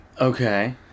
Okay